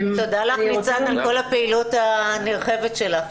תודה לך, ניצן, על כל הפעילות הנרחבת שלך.